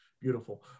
beautiful